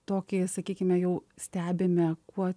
tokį sakykime jau stebime kuo